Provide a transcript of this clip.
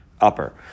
upper